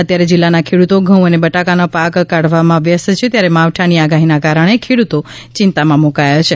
અત્યારે જિલ્લાના ખેડૂતો ઘઉં અને બટાકાનો પાક કાઢવામાં વ્યસ્ત છે ત્યારે માવઠાના આગાહીના કારણે ખેડૂતો ચિંતામાં મુકાયા છે